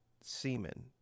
semen